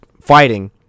fighting